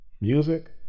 music